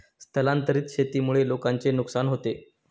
स्थलांतरित शेतीमुळे लोकांचे नुकसान होते